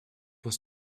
was